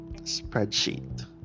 spreadsheet